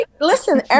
Listen